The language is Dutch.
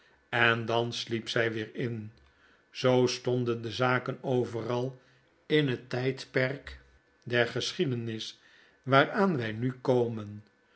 en dan sliep zy weer in zoo stonden de zaken overal in het tjjdperk der geschiedenis waaraan wij nu komen